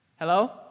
Hello